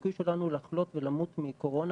הסיכוי שלנו לחלות ולמות מקורונה,